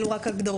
אלו רק הגדרות.